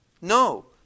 No